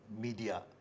media